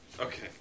Okay